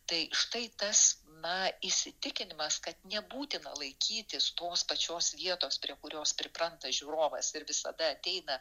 tai štai tas na įsitikinimas kad nebūtina laikytis tos pačios vietos prie kurios pripranta žiūrovas ir visada ateina